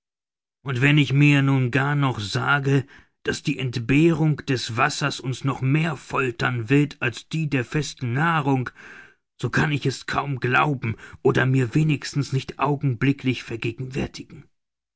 und wenn ich mir nun gar noch sage daß die entbehrung des wassers uns noch mehr foltern wird als die der festen nahrung so kann ich es kaum glauben oder mir wenigstens nicht augenblicklich vergegenwärtigen